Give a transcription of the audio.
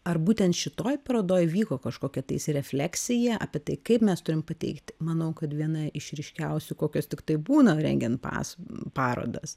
ar būtent šitoj parodoj vyko kažkokia tais refleksija apie tai kaip mes turim pateikti manau kad viena iš ryškiausių kokios tiktai būna rengiant pas parodas